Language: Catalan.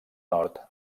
nord